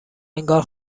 انگار